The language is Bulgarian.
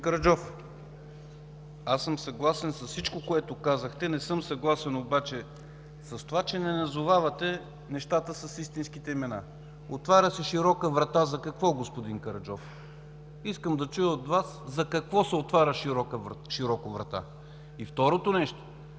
съгласен съм с всичко, което казахте. Не съм съгласен обаче с това, че не назовавате нещата с истинските им имена. Отваря се „широка врата” – за какво, господин Караджов? Искам да чуя от Вас за какво се отваря широко врата! И второто нещо